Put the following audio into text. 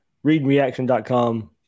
readreaction.com